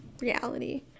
reality